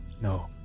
No